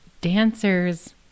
dancers